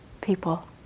people